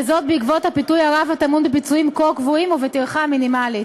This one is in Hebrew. וזאת עקב הפיתוי הרב הטמון בפיצויים כה גבוהים ובטרחה מינימלית.